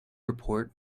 report